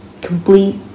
complete